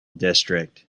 district